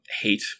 hate